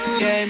game